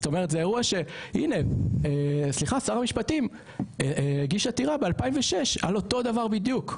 הנה סליחה שר המשפטים הגיש עתירה ב- 2006 על אותו דבר בדיוק,